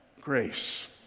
Grace